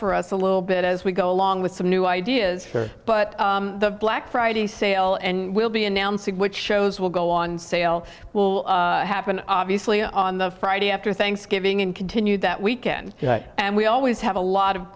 for us a little bit as we go along with some new ideas for but the black friday sale and we'll be announcing which shows will go on sale will happen obviously on the friday after thanksgiving and continued that weekend and we always have a lot of